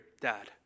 dad